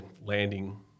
landing